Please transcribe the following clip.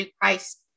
Christ